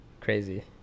crazy